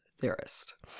theorist